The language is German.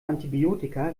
antibiotika